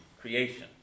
creation